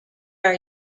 are